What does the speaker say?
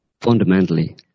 fundamentally